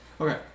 Okay